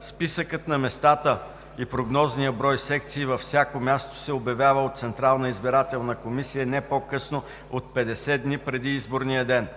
списъкът на местата и прогнозният брой секции във всяко място се обявява от Централната избирателна комисия не по-късно от 50 дни преди изборния ден;